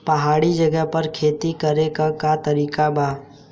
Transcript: पहाड़ी जगह पर खेती करे के का तरीका बा?